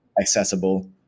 accessible